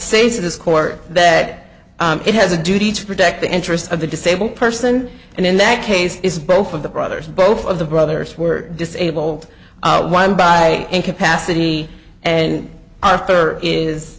say to this court that it has a duty to protect the interests of the disabled person and in that case is both of the brothers both of the brothers were disabled one by incapacity and arthur